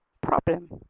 problem